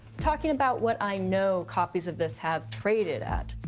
talking about what i know copies of this have traded at,